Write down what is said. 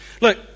Look